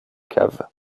caves